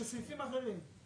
של סעיפים אחרים.